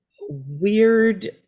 weird